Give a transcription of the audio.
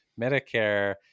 medicare